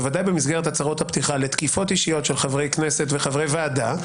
בוודאי במסגרת הצהרות הפתיחה לתקיפות אישיות של חברי כנסת וחברי ועדה.